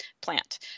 plant